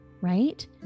right